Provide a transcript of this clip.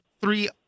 three